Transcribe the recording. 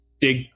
dig